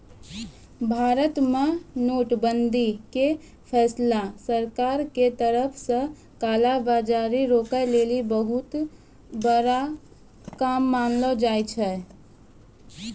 भारत मे नोट बंदी के फैसला सरकारो के तरफो से काला बजार रोकै लेली बहुते बड़का काम मानलो जाय छै